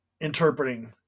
interpreting